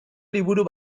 liburu